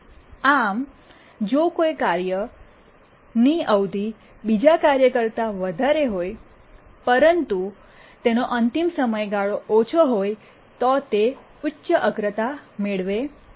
આમજો કોઈ કાર્ય કોઈ કાર્ય ની અવધિ બીજા કાર્ય કરતા વધારે હોયપરંતુ તેપરંતુ તેનો અંતિમ સમયગાળો ઓછો હોય તો તે ઉચ્ચ અગ્રતા મેળવે છે